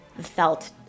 felt